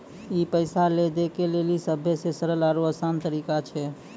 ई पैसा लै दै के लेली सभ्भे से सरल आरु असान तरिका छै